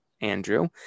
Andrew